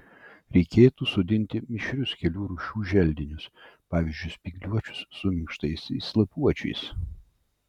reikėtų sodinti mišrius kelių rūšių želdinius pavyzdžiui spygliuočius su minkštaisiais lapuočiais